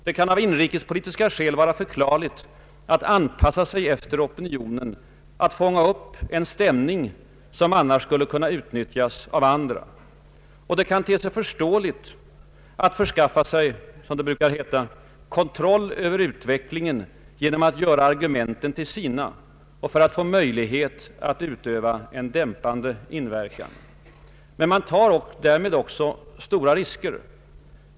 Det kan av inrikespolitiska skäl vara förklarligt att anpassa sig efter opinionen, att fånga upp en stämning som annars skulle kunna utnyttjas av andra. Det kan te sig förståeligt att förskaffa sig — som det heter — kontroll över utvecklingen genom att göra argumenten till sina för att få möjlig het att utöva en dämpande inverkan. Men man tar därmed också stora risker.